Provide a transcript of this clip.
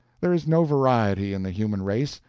there is no variety in the human race.